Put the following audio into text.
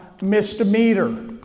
misdemeanor